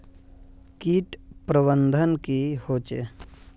किट प्रबन्धन की होचे?